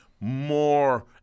more